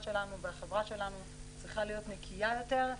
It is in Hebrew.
שלנו והחברה שלנו צריכה להיות נקייה יותר,